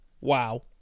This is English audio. wow